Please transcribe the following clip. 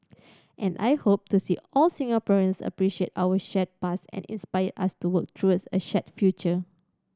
and I hope to see all Singaporeans appreciate our shared past and inspire us to work towards a shared future